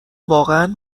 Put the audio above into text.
واقعا